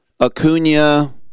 Acuna